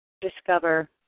discover